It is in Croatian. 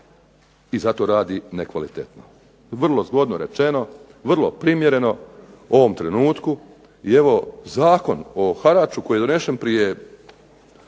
i zato radi nekvalitetno". Vrlo zgodno rečeno, vrlo primjereno ovom trenutku i evo Zakon o haraču koji je donesen prije